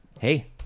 hey